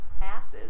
passes